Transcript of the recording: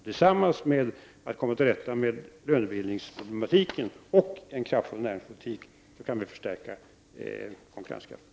Genom att komma till rätta med lönebildningsproblematiken och samtidigt bedriva en kraftfull näringspolitik kan vi förstärka konkurrenskraften.